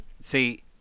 See